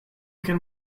can